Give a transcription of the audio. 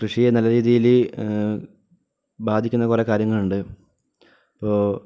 കൃഷിയെ നല്ല രീതിയിൽ ബാധിക്കുന്ന കുറേ കാര്യങ്ങളുണ്ട് ഇപ്പോൾ